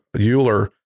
Euler